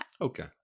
Okay